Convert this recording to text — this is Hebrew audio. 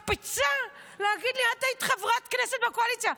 ומהמקפצה, להגיד לי: את היית חברת כנסת בקואליציה.